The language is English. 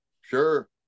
Sure